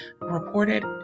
reported